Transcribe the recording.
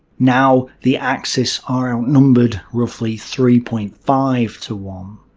now the axis are outnumbered roughly three point five to one.